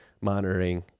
monitoring